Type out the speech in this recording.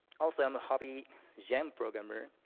also i'm a hobby gem programmer.